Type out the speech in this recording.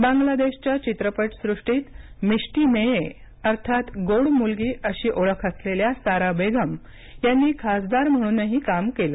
बांग्लादेशच्या चित्रपटसृष्टीत मिश्टी मेये अर्थात गोड मुलगी अशी ओळख असलेल्या सारा बेगम यांनी खासदार म्हणून काम केलं